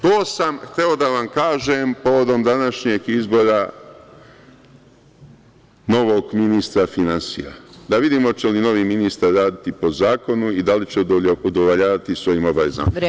To sam hteo da vam kažem povodom današnjeg izbora novog ministra finansija, da vidimo hoće li novi ministar raditi po zakonu i da li će udovoljavati svojim obavezama?